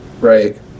Right